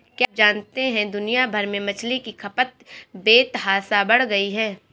क्या आप जानते है दुनिया भर में मछली की खपत बेतहाशा बढ़ गयी है?